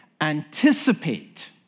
Anticipate